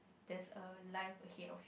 that's a life ahead of